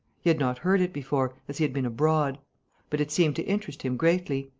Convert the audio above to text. he had not heard it before, as he had been abroad but it seemed to interest him greatly.